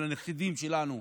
בשביל הנכדים שלנו,